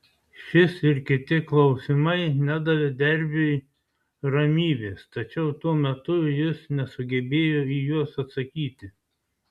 šis ir kiti klausimai nedavė derbiui ramybės tačiau tuo metu jis nesugebėjo į juos atsakyti